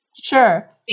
sure